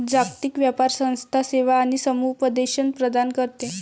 जागतिक व्यापार संस्था सेवा आणि समुपदेशन प्रदान करते